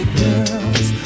girls